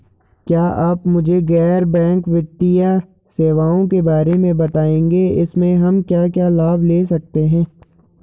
क्या आप मुझे गैर बैंक वित्तीय सेवाओं के बारे में बताएँगे इसमें हम क्या क्या लाभ ले सकते हैं?